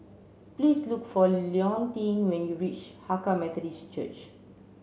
please look for Leontine when you reach Hakka Methodist Church